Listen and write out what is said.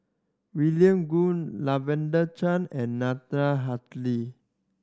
William Goode Lavender Chang and Natalie Hennedige